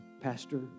Pastor